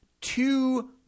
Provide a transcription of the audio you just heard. two